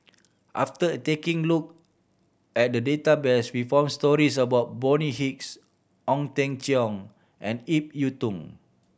after taking look at the database we found stories about Bonny Hicks Ong Teng Cheong and Ip Yiu Tung